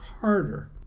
harder